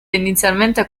inizialmente